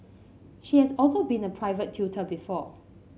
she has also been a private tutor before